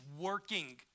working